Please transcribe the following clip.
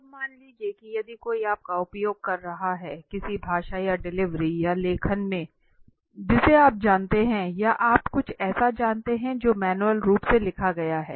अब मान लीजिए कि यदि कोई आपका उपयोग कर रहा है किसी भाषण या डिलीवरी या लेखन में जिसे आप जानते हैं या आप कुछ ऐसा जानते हैं जो मैन्युअल रूप से लिखा गया है